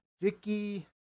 Vicky